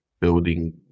building